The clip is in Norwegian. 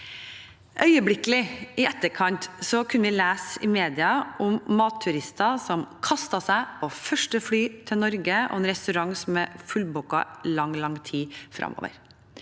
i etterkant kunne vi lese i mediene om matturister som kastet seg på første fly til Norge, og om en restaurant som er fullbooket i lang, lang tid framover.